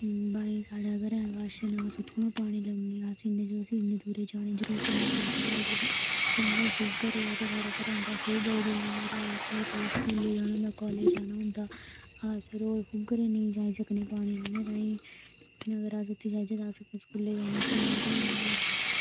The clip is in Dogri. बाईं साढ़े घरै दे कश न पानी लेई औनी आं अस इन्ने चिरै ई इन्ने दूर जाने दी जरूरत निं पौंदी ऐ खूहै पर जाना होऐ ते साढ़े घरा खूह् बड़ी दूर ऐ स्कूलै जां कॉलेज़ जाना होंदा अस रोज़ खूहे पर नेईं जाई सकने पानी आह्नने ताहीं अगर अस उत्थें जाह्चै ते अस स्कूलै गी जाने आस्तै लेट होई जन्ने